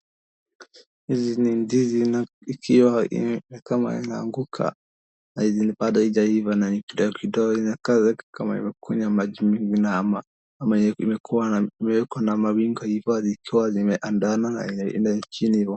Hizi ni ndizi ikiwa mahali inakaa nikama inaanguka na bado haijaiva na ina nikama imekunywa maji mingi na imeekwa na zikiwa zimeandana imeachiliwa.